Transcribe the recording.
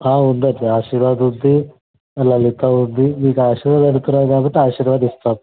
ఉందండి ఆశీర్వాద్ ఉంది లలిత ఉంది మీరు ఆశీర్వాద్ అడుగుతున్నారు కాబట్టి ఆశీర్వాద్ ఇస్తాం